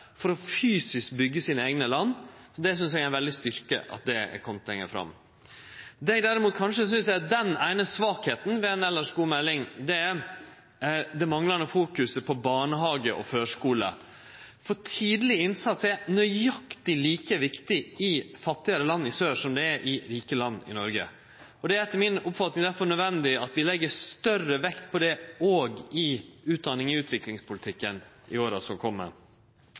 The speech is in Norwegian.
fysisk å byggje sine eigne land, og eg synest det er ein styrke at dette har kome lenger fram. Det eg derimot kanskje synest er den eine svakheita ved ei elles god melding, er at ein manglar fokus på barnehagar og førskule, for tidleg innsats er nøyaktig like viktig i fattigare land i sør som det er i det rike landet Noreg. Det er derfor etter mi oppfatning nødvendig at vi legg større vekt på dette òg i utdanning i utviklingspolitikken i åra som